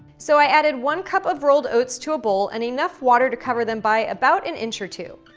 so i added one cup of rolled oats to a bowl and enough water to cover them by about an inch or two.